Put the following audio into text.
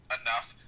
enough